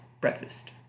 breakfast